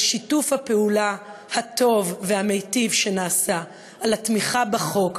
על שיתוף הפעולה הטוב והמיטיב, על התמיכה בחוק,